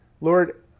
Lord